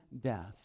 death